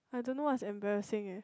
I don't know what is embarrassing leh